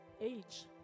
age